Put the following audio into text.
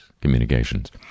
communications